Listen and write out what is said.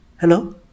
Hello